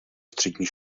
střední